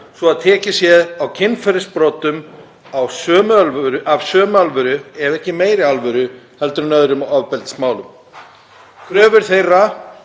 svo að tekið sé á kynferðisbrotum af sömu alvöru ef ekki meiri alvöru en öðrum ofbeldismálum. Kröfur þeirra